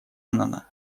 аннана